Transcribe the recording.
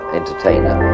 entertainer